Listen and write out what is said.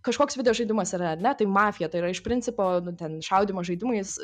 kažkoks videožaidimas yra ar ne tai mafija tai yra iš principo nu ten šaudymo žaidimais